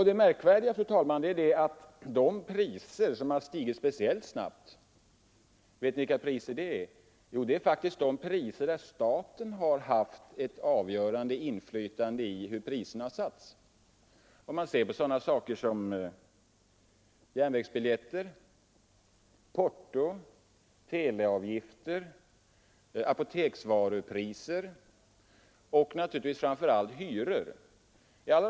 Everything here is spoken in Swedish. Det märkvärdiga, fru talman, är att de priser som stigit speciellt snabbt faktiskt är de över vilka staten haft ett avgörande inflytande. Det gäller t.ex. järnvägsbiljetter, porto, teleavgifter, apoteksvaror och naturligtvis framför allt hyrorna.